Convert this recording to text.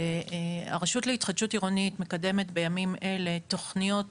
שהרשות להתחדשות עירונית מקדמת בימים אלה תכניות